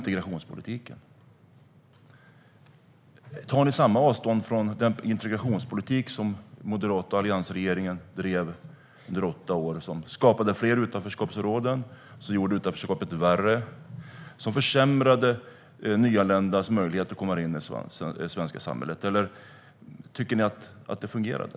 Tar ni samma avstånd från den integrationspolitik som Moderaterna och alliansregeringen drev under åtta år? Den ledde till fler utanförskapsområden, gjorde utanförskapet värre och försämrade nyanländas möjligheter att komma in i svenska samhället. Eller tycker ni att den fungerade?